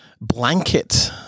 blanket